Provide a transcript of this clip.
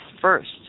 first